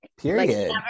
Period